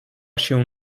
się